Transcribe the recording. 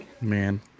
Man